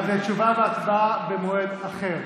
אז תשובה והצבעה במועד אחר.